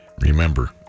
Remember